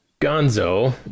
Gonzo